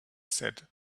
said